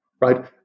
Right